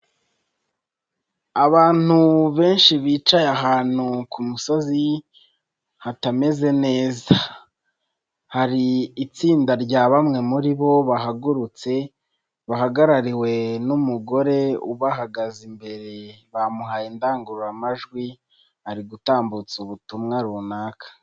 Abantu benshi bicaye ahantu ku musozi hatameze neza, hari itsinda rya bamwe muri bo bahagurutse bahagarariwe n'umugore ubahagaze imbere bamuhaye indangururamajwi ari gutambutsa ubutumwa runaka.